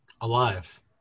Alive